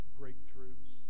breakthroughs